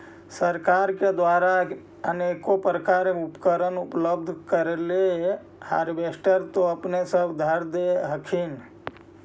सरकार के द्वारा अनेको प्रकार उपकरण उपलब्ध करिले हारबेसटर तो अपने सब धरदे हखिन?